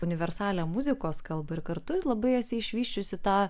universalią muzikos kalbą ir kartu labai esi išvysčiusi tą